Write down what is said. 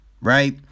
right